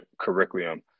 curriculum